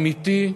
אמיתי,